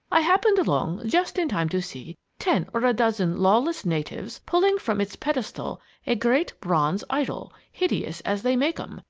i happened along just in time to see ten or a dozen lawless natives pulling from its pedestal a great bronze idol, hideous as they make em,